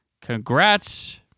Congrats